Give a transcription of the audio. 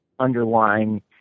underlying